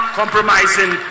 compromising